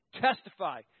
testify